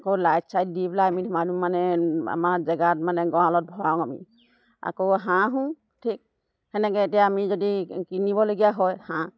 আকৌ লাইট ছাইট দি পেলাই আমি ধুমাধুম মানে আমাৰ জেগাত মানে গাড়ালত ভৰাওঁ আমি আকৌ হাঁহো ঠিক সেনেকৈ এতিয়া আমি যদি কিনিবলগীয়া হয় হাঁহ